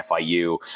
FIU